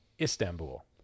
Istanbul